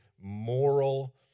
moral